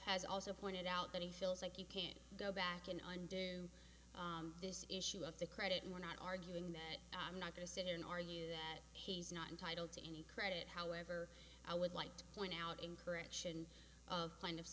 has also pointed out that he feels like you can't go back and undo this issue of the credit and we're not arguing that i'm not going to sit here and are you that he's not entitled to any credit however i would like to point out in correction of kind